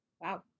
wow